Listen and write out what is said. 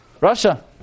Russia